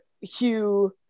hugh